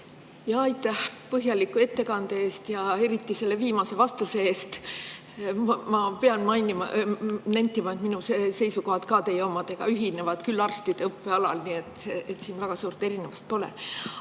Aitäh põhjaliku ettekande eest ja eriti selle viimase vastuse eest! Ma pean nentima, et minu seisukohad ühtivad teie omadega, seda küll arstide õppe alal. Ent väga suurt erinevust pole.